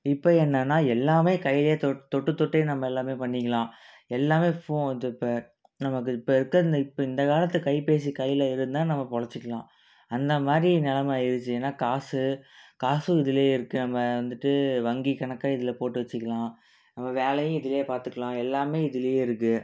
இப்போ என்னென்னா எல்லாமே கையில் தொ தொட்டுத்தொட்டே நம்ம எல்லாம் பண்ணிக்கலாம் எல்லாமே ஃபோ இது இப்போ நமக்கு இப்போ இருக்க இந்த இப்போ இந்த காலத்தில் கைபேசி கையில் இருந்தால் நம்ம பொழைச்சிக்கலாம் அந்தமாதிரி நெலமை ஆகிருச்சி ஏன்னா காசு காசும் இதில் இருக்குது நம்ம வந்துட்டு வங்கி கணக்கை இதில் போட்டு வச்சிக்கலாம் நம்ம வேலையும் இதில் பார்த்துக்கலாம் எல்லாமே இதுலேயே இருக்குது